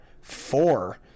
four